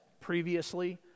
previously